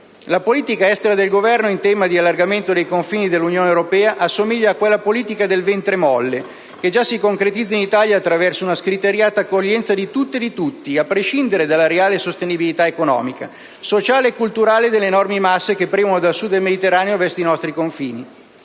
La politica estera del Governo in tema di allargamento dei confini dell'Unione europea assomiglia a quella politica «del ventre molle», che già si concretizza in Italia attraverso una scriteriata accoglienza di tutto e di tutti, a prescindere dalla reale sostenibilità economica, sociale e culturale delle enormi masse che premono dal sud del Mediterraneo verso i nostri confini.